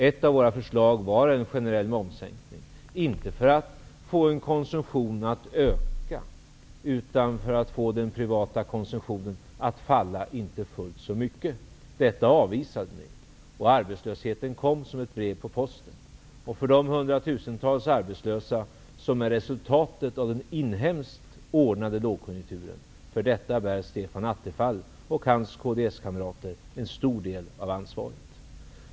Ett av våra förslag var att man skulle ha en generell momssänkning, inte för att få konsumtionen att öka utan för att få den privata konsumtionen att inte falla fullt så mycket. Detta avvisade ni, och arbetslösheten kom som ett brev på posten. Hundratusentals arbetslösa är resultatet av den inhemskt ordnade lågkonjunkturen. För detta bär Stefan Attefall och hans kds-kamrater en stor del av ansvaret.